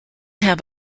have